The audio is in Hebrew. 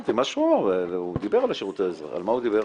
הוא דיבר על השירות ה --- על מה הוא דיבר?